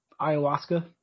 Ayahuasca